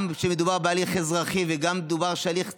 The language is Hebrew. גם כשמדובר בהליך אזרחי וגם כשמדובר בהליך צבאי,